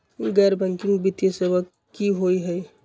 गैर बैकिंग वित्तीय सेवा की होअ हई?